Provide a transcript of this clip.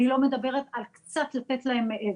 אני כבר לא מדברת על קצת לתת להם מעבר.